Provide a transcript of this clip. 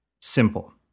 Simple